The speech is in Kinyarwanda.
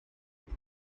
muri